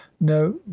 no